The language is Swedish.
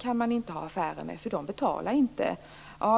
kan man inte ha affärer med, eftersom de inte betalar där.